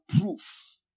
proof